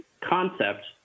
concept